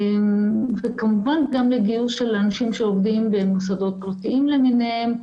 וכמובן גם לגיוס אנשים שעובדים במוסדות פרטיים למיניהם,